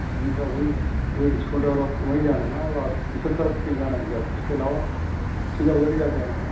جی ہاں وہی وہی ڈسکاؤنٹ آ رہا ہے آپ کو وہیں جانا ہے نہ اور آنا دوسری طرف کہیں جانا ہے اُس کے علاوہ ٹھیک ہے اُدھر ہی جا کے آنا ہے نہ